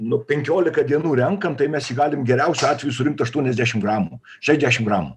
nu penkiolika dienų renkam tai mes jį galim geriausiu atveju surinkt aštuoniasdešim gramų šešdešim gramų